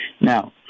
Now